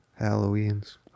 Halloweens